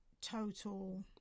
total